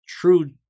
true